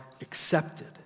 accepted